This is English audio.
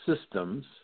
systems